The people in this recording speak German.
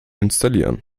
installieren